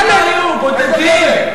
הם לא היו, בודדים.